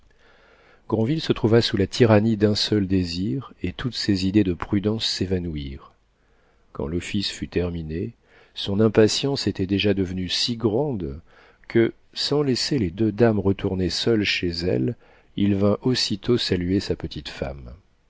granville se trouva sous la tyrannie d'un seul désir et toutes ses idées de prudence s'évanouirent quand l'office fut terminé son impatience était déjà devenue si grande que sans laisser les deux dames retourner seules chez elles il vint aussitôt saluer sa petite femme